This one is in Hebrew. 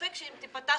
שספק אם תיפתח,